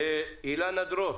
אילנה דרור,